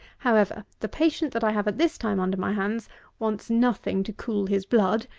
however, the patient that i have at this time under my hands wants nothing to cool his blood,